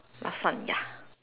last one ya